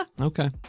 Okay